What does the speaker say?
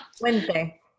Wednesday